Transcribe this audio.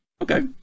okay